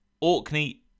Orkney